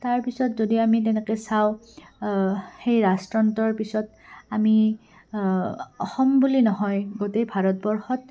তাৰপিছত যদি আমি তেনেকে চাওঁ সেই ৰাজতন্ত্ৰৰ পিছত আমি অসম বুলি নহয় গোটেই ভাৰতবৰ্ষত